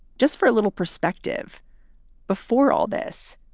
just for a little perspective before all this.